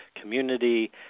community